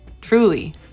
Truly